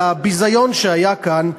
על הביזיון שהיה כאן,